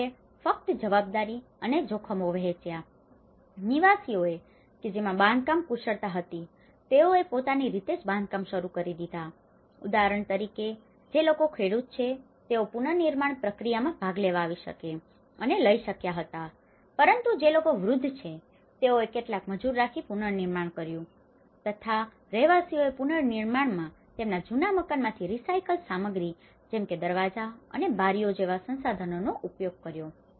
તેઓએ ફક્ત જવાબદારી અને જોખમો વહેંચ્યા નિવાસીઓ કે જેમાં બાંધકામ કુશળતા હતી તેઓએ પોતાની રીતે જ બાંધકામ શરૂ કરી દીધા હતા ઉદાહરણ તરીકે જે લોકો ખેડૂત છે તેઓ પુનર્નિર્માણ પ્રક્રિયામાં ભાગ લેવા આવી શકે છે અને લઈ શક્યા હતા પરંતુ જે લોકો વૃદ્ધ છે તેઓએ કેટલાક મજૂર રાખી પુનનિર્માણ કર્યું તથા રહેવાસીઓએ પુનનિર્માણમાં તેમના જૂના મકાનોમાંથી રિસાયકલ સામગ્રી જેમ કે તેઓ દરવાજા અને બારીઓ doors windows જેવા સંશાધનોનો ઉપયોગ કર્યો